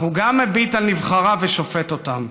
אך גם מביט על נבחריו ושופט אותם.